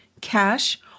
cash